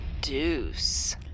deuce